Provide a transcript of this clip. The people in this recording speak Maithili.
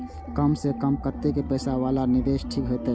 कम से कम कतेक पैसा वाला निवेश ठीक होते?